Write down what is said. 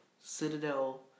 Citadel